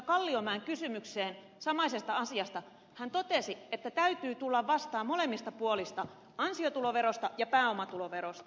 kalliomäen kysymykseen samaisesta asiasta hän totesi että täytyy tulla vastaan molemmista puolista ansiotuloverosta ja pääomatuloverosta